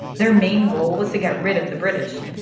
their main goal was to get rid of the british.